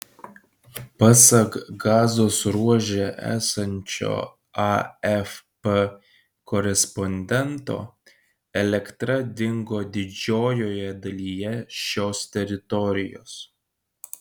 pasak gazos ruože esančio afp korespondento elektra dingo didžiojoje dalyje šios teritorijos